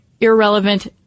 irrelevant